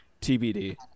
TBD